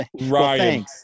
Ryan